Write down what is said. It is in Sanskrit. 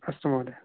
अस्तु महोदय